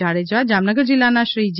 જાડેજા જામનગર જિલ્લાના શ્રી જે